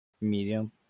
Medium